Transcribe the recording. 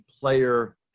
player